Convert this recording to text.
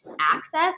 access